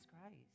Christ